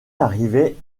n’arrivait